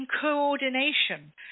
coordination